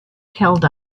held